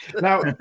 Now